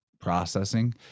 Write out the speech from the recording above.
processing